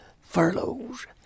furloughs